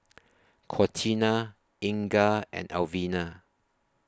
Contina Inga and Alvina